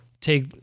take